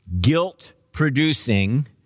guilt-producing